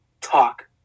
talk